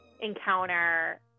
encounter